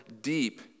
deep